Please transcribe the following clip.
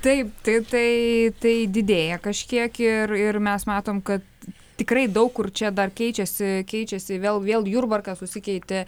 taip taip tai tai didėja kažkiek ir ir mes matom kad tikrai daug kur čia dar keičiasi keičiasi vėl vėl jurbarkas susikeitė